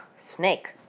snake